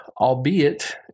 albeit